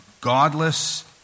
godless